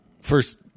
first